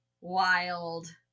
wild